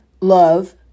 love